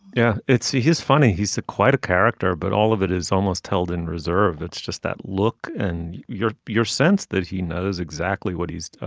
yeah it's. he's funny. he's quite a character. but all of it is almost held in reserve. it's just that look and your your sense that he knows exactly what he's